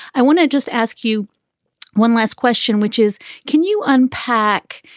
i want to just ask you one last question, which is can you unpack?